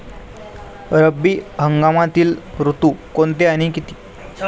रब्बी हंगामातील ऋतू कोणते आणि किती?